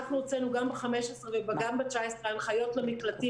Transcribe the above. אנחנו הוצאנו גם ב-15 וגם ב-19 הנחיות למקלטים